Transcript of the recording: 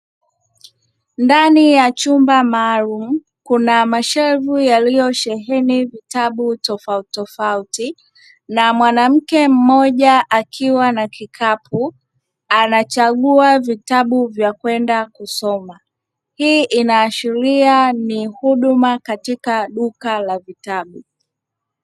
Ndani ya chumba maalumu kuna mashelfu yaliyosheheni vitabu tofautitofauti na mwanamke mmoja akiwa na kikapu anachagua vitabu vya kwenda kusoma, Hii inaashiria ni huduma katika duka la vitabu.